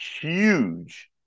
huge